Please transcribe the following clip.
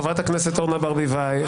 חברת הכנסת אורנה ברביבאי,